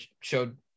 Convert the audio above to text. showed